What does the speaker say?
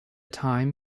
time